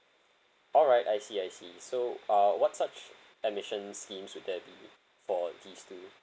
alright I see I see so uh what such admissions schemes would there be for these two